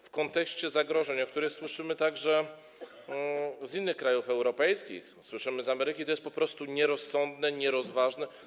W kontekście zagrożeń, o których słyszymy także z innych krajów europejskich, słyszymy z Ameryki, to jest po prostu nierozsądne, nierozważne.